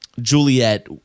Juliet